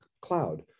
cloud